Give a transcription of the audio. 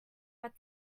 but